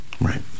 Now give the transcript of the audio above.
Right